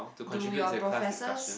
do your professors